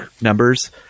numbers